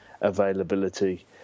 availability